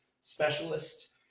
specialist